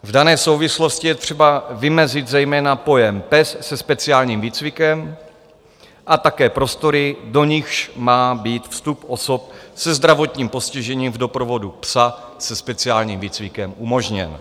V dané souvislosti je třeba vymezit zejména pojem pes se speciálním výcvikem a také prostory, do nichž má být vstup osob se zdravotním postižením v doprovodu psa se speciálním výcvikem umožněn.